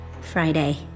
Friday